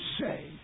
say